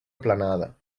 aplanada